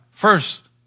First